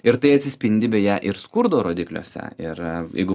ir tai atsispindi beje ir skurdo rodikliuose ir jeigu